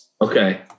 okay